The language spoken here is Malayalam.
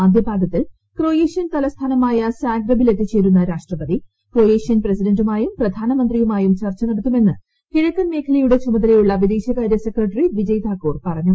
ആദ്യപാദിത്തിൽ ക്രൊയേഷ്യൻ തലസ്ഥാനമായ സാഗ്റബിൽ എത്തിച്ചേരുന്ന രാഷ്ട്രപതി ക്രൊയേഷ്യൻ പ്രസിഡന്റുമായും പ്രധ്ാനമന്ത്രിയുമായും ചർച്ച നടത്തുമെന്ന് കിഴക്കൻ മേഖലയുടെ ചുമതലയുള്ള വിദേശകാര്യ സെക്രട്ടറി വിജയ് താക്കൂർ പറഞ്ഞു